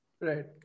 Right